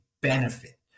benefit